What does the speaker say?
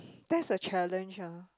that's a challenge ah